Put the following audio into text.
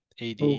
AD